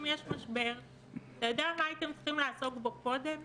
אם יש משבר אתה יודע מה הייתם צריכים לעסוק בו קודם?